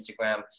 Instagram